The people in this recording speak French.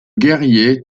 guerrier